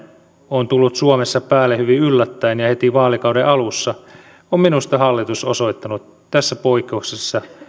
on tullut suomessa päälle hyvin yllättäen ja heti vaalikauden alussa on minusta hallitus osoittanut tässä poikkeuksellisessa